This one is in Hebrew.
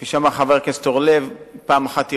כפי שאמר חבר הכנסת אורלב, פעם אחת ירושלים,